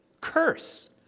curse